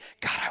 God